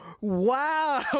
wow